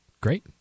great